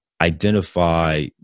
identify